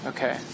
Okay